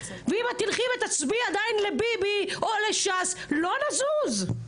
ואם את תלכי ותצביעי עדיין לביבי או לש"ס לא נזוז.